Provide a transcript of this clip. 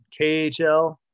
KHL